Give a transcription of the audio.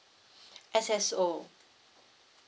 S_S_O